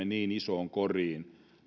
niin isoon koriin